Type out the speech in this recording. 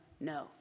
No